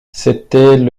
c’était